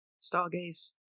Stargaze